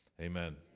Amen